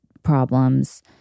problems